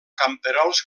camperols